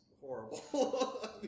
horrible